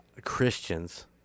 Christians